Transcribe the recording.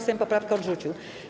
Sejm poprawkę odrzucił.